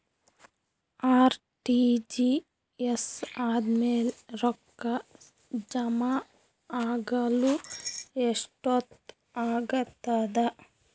RTGS ಆದ್ಮೇಲೆ ರೊಕ್ಕ ಜಮಾ ಆಗಲು ಎಷ್ಟೊತ್ ಆಗತದ?